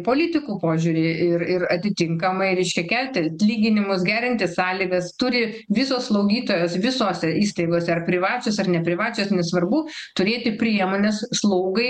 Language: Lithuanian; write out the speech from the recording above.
politikų požiūrį ir ir atitinkamai reiškia kelti atlyginimus gerinti sąlygas turi visos slaugytojos visose įstaigose ar privačios ar neprivačios nesvarbu turėti priemones slaugai